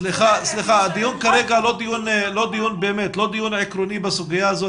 סליחה, הדיון כרגע לא דיון עקרוני בסוגיה הזאת.